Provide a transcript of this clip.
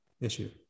issue